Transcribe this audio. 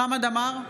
חמד עמאר,